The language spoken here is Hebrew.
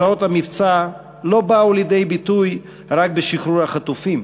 תוצאות המבצע לא באו לידי ביטוי רק בשחרור החטופים.